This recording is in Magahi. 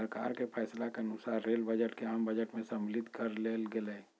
सरकार के फैसला के अनुसार रेल बजट के आम बजट में सम्मलित कर लेल गेलय